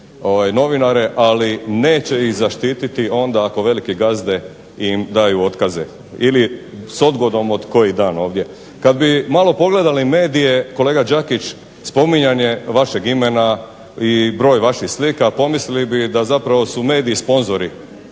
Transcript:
ali neće ih zaštititi onda ako veliki gazde im daju otkaze ili s odgodom od koji dan ovdje. Kad bi malo pogledali medije kolega Đakić spominjanje vašeg imena i broj vaših slika pomislili bi da zapravo su mediji sponzori